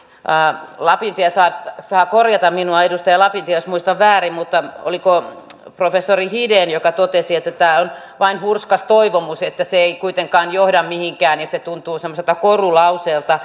edustaja lapintie saa korjata minua jos muistan väärin mutta oliko professori hiden joka totesi että tämä on vain hurskas toivomus että se ei kuitenkaan johda mihinkään ja se tuntuu semmoiselta korulauseelta